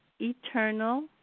eternal